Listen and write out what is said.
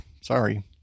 sorry